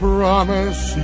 Promise